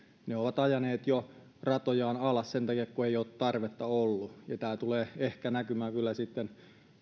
ne ovat ajaneet jo ratojaan alas sen takia että ei ole tarvetta ollut ja tämä tulee ehkä näkymään sitten